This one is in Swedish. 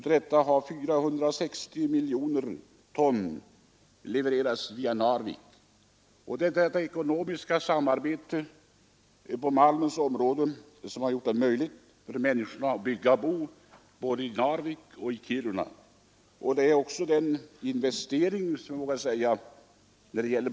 Av detta har 460 miljoner ton levererats via Narvik. Det är detta ekonomiska samarbete på malmens område som har gjort det möjligt för människorna att bygga och bo både i Narvik och i Kiruna.